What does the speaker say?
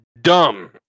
dumb